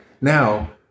now